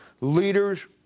leaders